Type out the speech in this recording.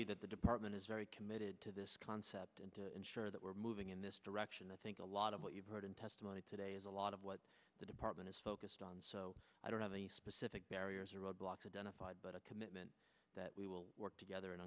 you that the department is very committed to this concept and to ensure that we're moving in this direction i think a lot of what you've heard in testimony today is a lot of what the department is focused on so i don't have any specific barriers or roadblocks identified but a commitment that we will work together and